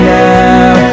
now